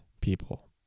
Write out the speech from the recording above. people